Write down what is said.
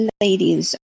ladies